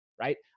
right